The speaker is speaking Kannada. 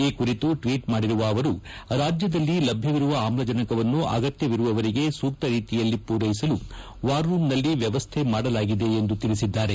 ಈ ಕುರಿತು ಟ್ವೀಟ್ ಮಾಡಿರುವ ಅವರು ರಾಜ್ಯದಲ್ಲಿ ಲಭ್ಯವಿರುವ ಆಮ್ಲಜನಕವನ್ನು ಅಗತ್ಯವಿರುವವರಿಗೆ ಸೂಕ್ತ ರೀತಿಯಲ್ಲಿ ಪೂರೈಸಲು ವಾರ್ರೂಮ್ನಲ್ಲಿ ವ್ಯವಸ್ಥೆ ಮಾಡಲಾಗಿದೆ ಎಂದು ತಿಳಿಸಿದ್ದಾರೆ